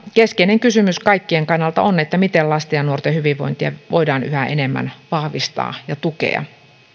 keskeinen kysymys kaikkien kannalta on miten lasten ja nuorten hyvinvointia voidaan yhä enemmän vahvistaa ja tukea